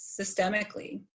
systemically